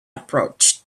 approached